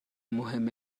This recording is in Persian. مهم